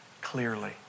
clearly